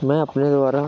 मैं अपने द्वारा